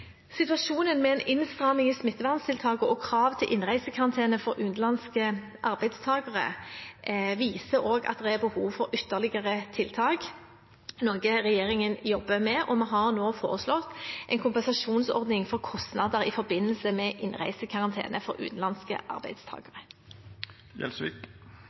Situasjonen med en innstramming i smitteverntiltakene og krav til innreisekarantene for utenlandske arbeidstakere viser også at det er behov for ytterligere tiltak, noe regjeringen jobber med, og vi har nå foreslått en kompensasjonsordning for kostnader i forbindelse med innreisekarantene for utenlandske